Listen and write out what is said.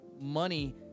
money